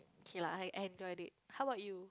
okay lah I I enjoyed it how about you